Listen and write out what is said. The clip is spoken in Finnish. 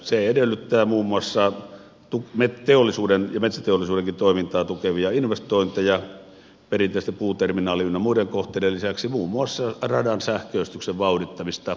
se edellyttää muun muassa teollisuuden ja metsäteollisuudenkin toimintaa tukevia investointeja perinteisten puuterminaali ynnä muiden kohteiden lisäksi muun muassa radan sähköistyksen vauhdittamista